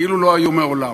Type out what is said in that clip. כאילו לא היו מעולם.